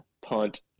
punt